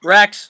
Rex